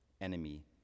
enemy